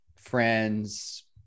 friends